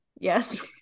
Yes